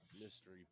mystery